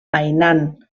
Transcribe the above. hainan